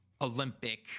Olympic